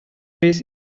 trees